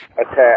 attack